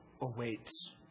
awaits